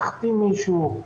צריך להחתים מישהו?